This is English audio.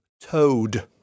Toad